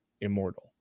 immortal